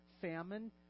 famine